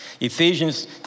Ephesians